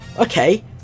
Okay